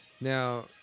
Now